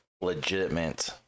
legitimate